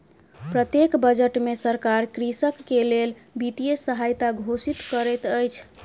प्रत्येक बजट में सरकार कृषक के लेल वित्तीय सहायता घोषित करैत अछि